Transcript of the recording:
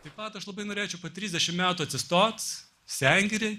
taip pat aš labai norėčiau po trisdešimt metų atsistot sengirėj